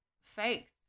faith